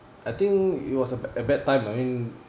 I think it was uh a bad time I mean